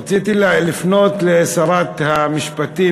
רציתי לפנות לשרת המשפטים,